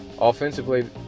offensively